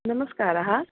नमस्कारः